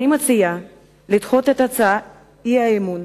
אני מציעה לדחות את הצעות האי-אמון